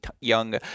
young